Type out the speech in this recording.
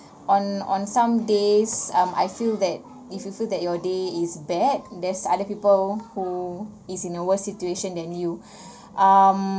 on on some days um I feel that if you feel that your day is bad there's other people who is in a worse situation than you um